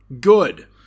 Good